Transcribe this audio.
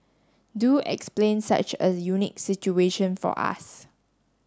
do explain such a unique situation for us